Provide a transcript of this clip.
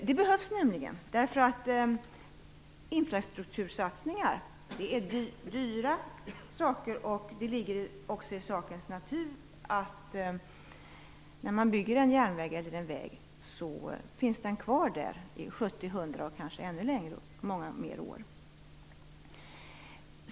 Det behövs nämligen. Infrastruktursatsningar är dyra, och det ligger också i sakens natur att de finns kvar i många år - om det är en järnväg eller en väg i 70, 100 eller kanske ännu fler år.